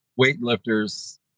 weightlifter's